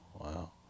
wow